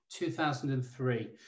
2003